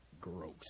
gross